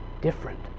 Different